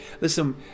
Listen